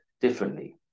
differently